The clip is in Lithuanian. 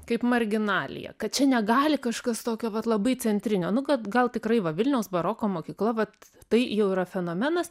kaip marginaliją kad čia negali kažkas tokio vat labai centrinio nu kad gal tikrai va vilniaus baroko mokykla vat tai jau yra fenomenas